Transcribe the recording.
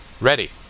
Ready